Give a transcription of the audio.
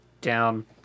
down